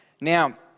Now